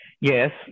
Yes